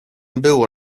było